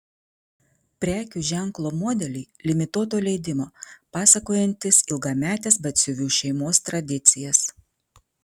prekių ženklo modeliai limituoto leidimo pasakojantys ilgametes batsiuvių šeimos tradicijas